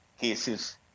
cases